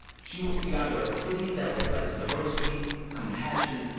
she will see either a city that reflects diversity, compassion,